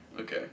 Okay